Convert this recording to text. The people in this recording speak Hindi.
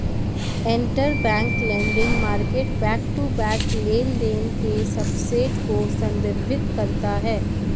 interbank lending market back to back लेनदेन के सबसेट को संदर्भित करता है